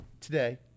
today